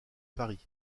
paris